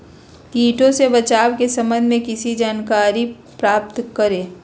किटो से बचाव के सम्वन्ध में किसी जानकारी प्राप्त करें?